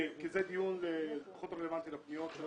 כי זה דיון פחות רלוונטי לפניות.